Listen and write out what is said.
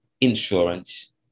insurance